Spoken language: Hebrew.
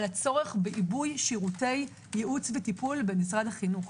הצורך בעיבוי שירותי ייעוץ וטיפול דיברנו במשרד החינוך.